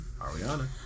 Ariana